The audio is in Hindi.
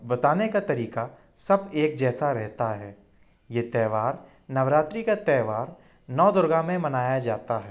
बताने का तरीक़ा सब एक जैसा रहता है ये त्यौहार नवरात्रि का त्यौहार नौ दुर्गा में मनाया जाता है